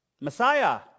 Messiah